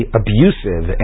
abusive